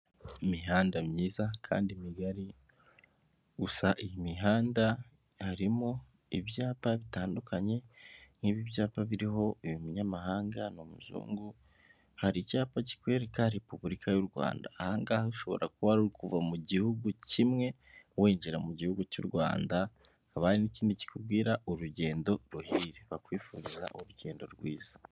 Imihanda myiza kandi migari, gusa iyi mihanda harimo ibyapa bitandukanye nk'ibi byapa biriho uyu munyamahanga ni umuzungu, hari icyapa kikwereka repubulika y'u Rwanda aha ngaha ushobora kuba wari uri kuva mu gihugu kimwe winjira mu gihugu cy'u Rwanda, hakaba n'ikindi kikubwira urugendo ruhire bakwifuriza urugendo rwiza.